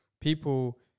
people